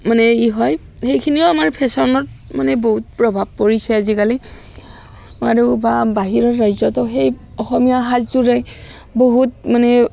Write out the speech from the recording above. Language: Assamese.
মানে ই হয় সেইখিনিও আমাৰ ফেশ্বনত মানে বহুত প্ৰভাৱ পৰিছে আজিকালি আৰু বা বাহিৰৰ ৰাজ্যতো সেই অসমীয়া সাজযোৰে বহুত মানে